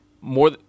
more